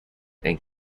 and